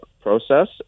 process